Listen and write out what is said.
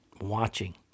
watching